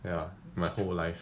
ya my whole life